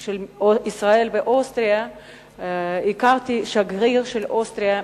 של ישראל ואוסטריה הכרתי את שגריר אוסטריה,